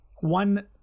one